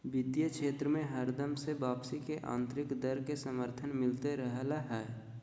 वित्तीय क्षेत्र मे हरदम से वापसी के आन्तरिक दर के समर्थन मिलते रहलय हें